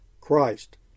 Christ